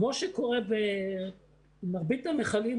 כמו שקורה במרבית המכלים,